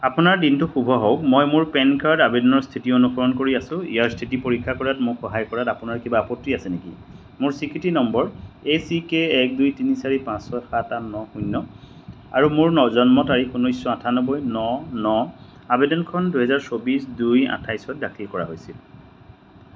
আপোনাৰ দিনটো শুভ হওক মই মোৰ পেন কাৰ্ড আৱেদনৰ স্থিতি অনুসৰণ কৰি আছোঁ ইয়াৰ স্থিতি পৰীক্ষা কৰাত মোক সহায় কৰাত আপোনাৰ কিবা আপত্তি আছে নেকি মোৰ স্বীকৃতি নম্বৰ এ চি কে এক দুই তিনি চাৰি পাঁচ ছয় সাত আঠ ন শূন্য আৰু মোৰ ন জন্ম তাৰিখ ঊনৈছশ আঠান্নবৈ ন ন আৱেদনখন দুহেজাৰ চৌবিছ দুই আঠাইছত দাখিল কৰা হৈছিল